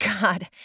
God